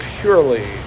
purely